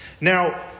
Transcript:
Now